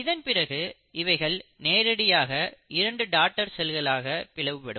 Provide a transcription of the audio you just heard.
இதன்பிறகு இவைகள் நேரடியாக இரண்டு டாட்டர் செல்களாக பிளவுபடும்